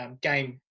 game